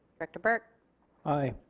director burke aye.